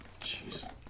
Jeez